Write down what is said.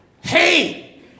Hey